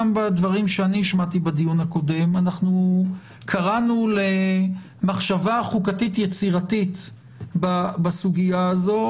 בדברים שהשמעתי אני קראנו למחשבה חוקתית יצירתית בסוגיה האמורה.